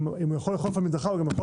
אם הוא יכול לאכוף על מדרכה הוא גם יכול